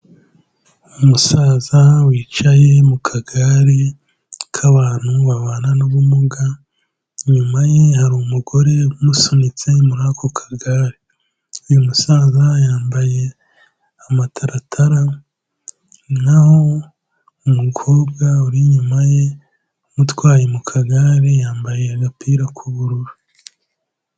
Umusaza wicaye mu kagare k'abantu babana n'ubumuga, inyuma ye hari umugore umusunitse muri ako kagare. Uyu musaza yambaye amataratara, naho umukobwa uri inyuma ye umutwaye mu kagare yambaye agapira k'ubururu.